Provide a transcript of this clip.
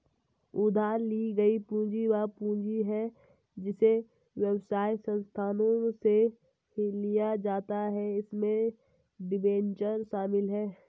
उधार ली गई पूंजी वह पूंजी है जिसे व्यवसाय संस्थानों से लिया जाता है इसमें डिबेंचर शामिल हैं